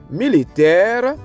militaire